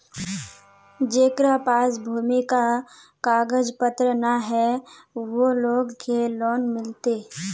जेकरा पास भूमि का कागज पत्र न है वो लोग के लोन मिलते?